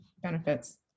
benefits